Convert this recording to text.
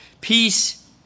Peace